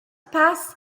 pass